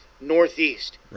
northeast